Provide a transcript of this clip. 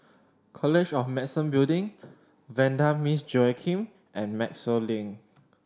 College of Medicine Building Vanda Miss Joaquim and Maxwell Link